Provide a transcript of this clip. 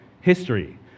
history